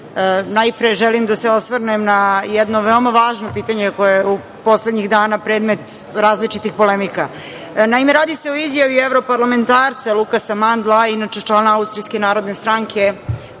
Najpre, želim da se osvrnem na jedno veoma važno pitanje koje je poslednjih dana predmet različitih polemika. Naime, radi se o izjavi evroparlamentarca Lukasa Mandla, inače člana Austrijske narodne stranke,